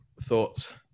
thoughts